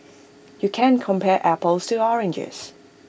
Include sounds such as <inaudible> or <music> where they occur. <noise> you can't compare apples to oranges